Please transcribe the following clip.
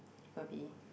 will be